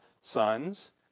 sons